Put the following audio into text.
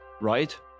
Right